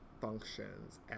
functions